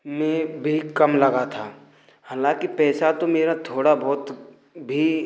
में बिल कम लगा था हालांकि पैसा तो मेरा थोड़ा बहुत भी